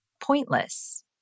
pointless